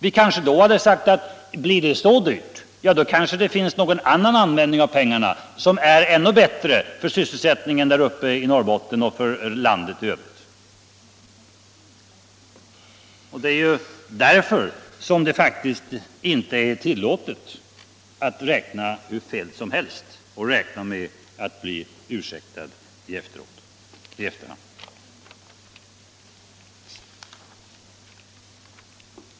Vi kanske då hade sagt att det, om det blir så dyrt, kanske finns någon annan användning för pengarna som är ännu bättre för sysselsättningen uppe i Norrbotten och för landet i övrigt. Det är därför som det faktiskt inte är tillåtet att räkna hur fel som helst och räkna med att bli ursäktad i efterhand.